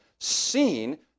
seen